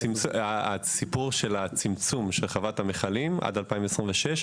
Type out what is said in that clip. הצמצום של חוות המכלים עד 2026,